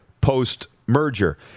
post-merger